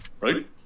right